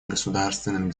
государственным